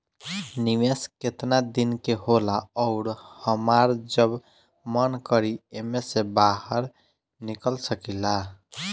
निवेस केतना दिन के होला अउर हमार जब मन करि एमे से बहार निकल सकिला?